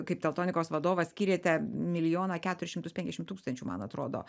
kaip teltonikos vadovas skyrėte milijoną keturis šimtus penkiasdešim tūkstančių man atrodo